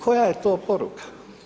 Koja je to poruka?